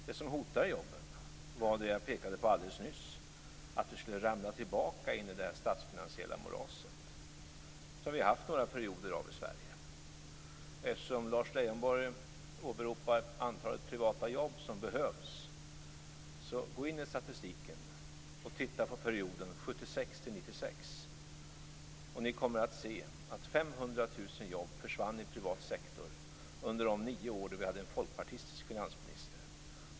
Det som hotade jobben var det jag pekade på alldeles nyss, att vi skulle ramla tillbaka i det statsfinansiella moras som vi haft under några perioder i Sverige. Lars Leijonborg åberopar antalet privata jobb som behövs. Gå in i statistiken och titta på perioden 1976 1996, och ni kommer att se att 500 000 jobb försvann i privat sektor under de nio år vi hade en folkpartistisk finansminister.